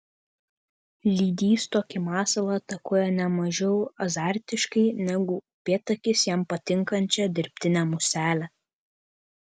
lydys tokį masalą atakuoja ne mažiau azartiškai negu upėtakis jam patinkančią dirbtinę muselę